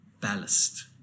ballast